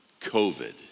COVID